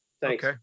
Thanks